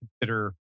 consider